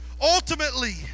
Ultimately